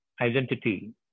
identity